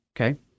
Okay